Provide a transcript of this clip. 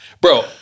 bro